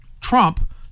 Trump